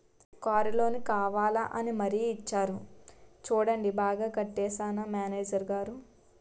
Car loan కావాలా అని మరీ ఇచ్చేరు చూడండి బాగా కట్టేశానా మేనేజరు గారూ?